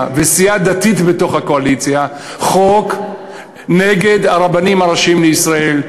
וסיעה דתית בתוך הקואליציה חוק נגד הרבנים הראשיים לישראל,